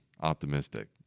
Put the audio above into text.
optimistic